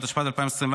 התשפ"ד 2024,